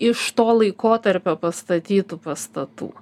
iš to laikotarpio pastatytų pastatų